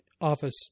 office